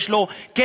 יש לו קשר,